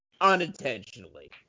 Unintentionally